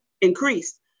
increased